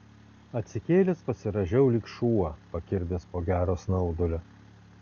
atsikėlęs pasirąžiau lyg šuo pakirdęs po gero snaudulio